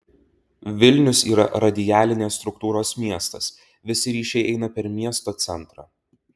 vilnius yra radialinės struktūros miestas visi ryšiai eina per miesto centrą